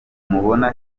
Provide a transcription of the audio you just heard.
mubona